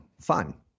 fun